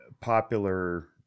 popular